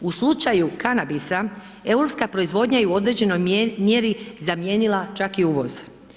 U slučaju kanabisa, europska proizvodnja je u određenoj mjeri zamijenila čak i uvoz.